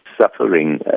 suffering